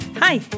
Hi